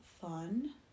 fun